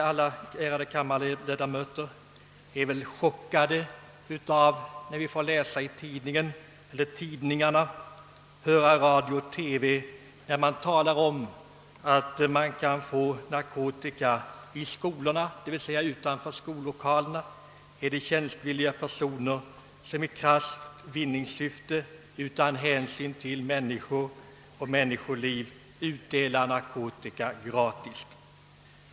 Alla ledamöter i denna kammare har väl blivit chockade av att läsa i tidningarna eller höra i radio eller TV att det utanför skollokalerna står tjänstvilliga personer som i krasst vinningssyfte och utan hänsyn till ungdomarnas hälsa och liv delar ut narkotika.